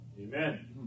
Amen